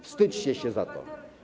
Wstydźcie się za to.